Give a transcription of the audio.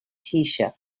taoiseach